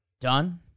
done